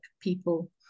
people